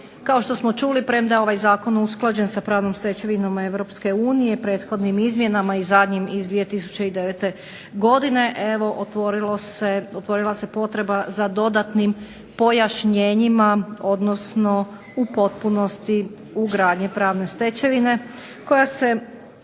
kao što smo čuli premda je ovaj Zakon usklađen sa pravnom stečevinom Europske unije prethodnim izmjenama i zadnjim iz 2009. godine, evo otvorila se potreba za dodatnim pojašnjenjima odnosno u potpunosti ugradnje pravne stečevine, koja se